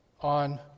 on